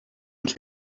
uns